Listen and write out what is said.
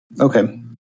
okay